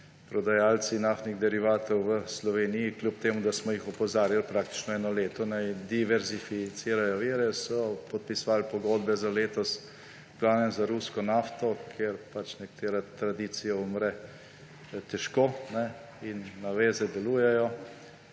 prodajalci naftnih derivatov v Sloveniji, kljub temu da smo jih opozarjali praktično eno leto, naj diverzificirajo vire, so podpisovali pogodbe za letos v glavnem za rusko nafto, ker nekatere tradicije umrejo težko in naveze delujejo